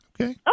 Okay